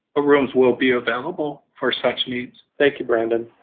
ah rooms will be available for such needs. thank you, brandon.